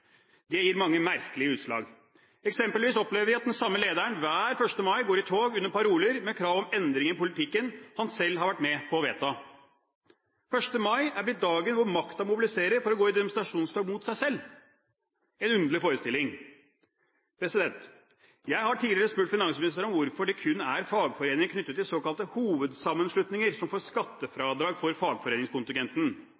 Det gir mange merkelige utslag. Eksempelvis opplever vi at den samme lederen hver 1. mai går i tog under paroler med krav om endring i politikken han selv har vært med på å vedta. 1. mai er blitt dagen hvor makta mobiliserer for å gå i demonstrasjonstog mot seg selv – en underlig forestilling. Jeg har tidligere spurt finansministeren om hvorfor det kun er fagforeninger knyttet til såkalte hovedsammenslutninger som får